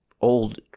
old